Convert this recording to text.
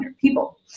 people